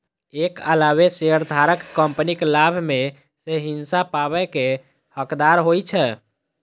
एकर अलावे शेयरधारक कंपनीक लाभ मे सं हिस्सा पाबै के हकदार होइ छै